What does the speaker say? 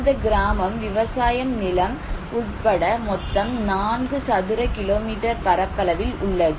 இந்த கிராமம் விவசாய நிலம் உட்பட மொத்தம் 4 சதுர கிலோமீட்டர் பரப்பளவில் உள்ளது